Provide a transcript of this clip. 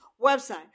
website